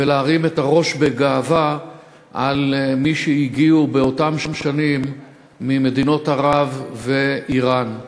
ולהרים את הראש בגאווה על מי שהגיעו באותן שנים ממדינות ערב ואיראן.